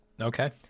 Okay